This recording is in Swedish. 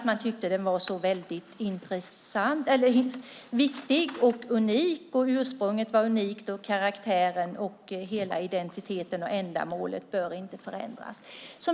Man tyckte att den var så väldigt viktig, att ursprunget var unikt och att karaktären, hela identiteten och ändamålet, inte borde förändras.